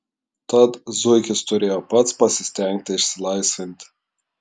tad zuikis turėjo pats pasistengti išsilaisvinti